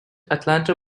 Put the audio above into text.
atlanta